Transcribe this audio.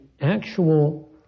actual